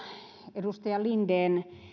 edustaja linden